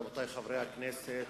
רבותי חברי הכנסת,